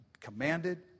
commanded